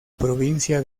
provincia